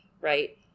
right